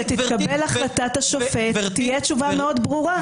כשתתקבל החלטת השופט תהיה תשובה מאוד ברורה.